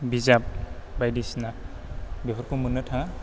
बिजाब बायदिसिना बेफोरखौ मोननो थाङा